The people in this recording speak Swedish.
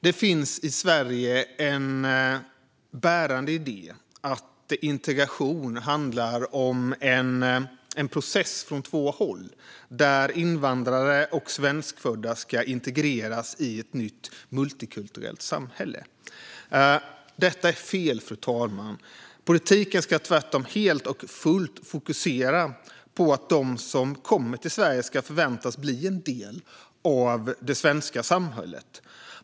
Det finns i Sverige en bärande idé om att integration handlar om en process från två håll, där invandrare och svenskfödda ska integreras i ett nytt multikulturellt samhälle. Detta är fel, fru talman. Politiken ska tvärtom helt och fullt fokusera på att de som kommer till Sverige förväntas bli en del av det svenska samhället.